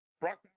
Brock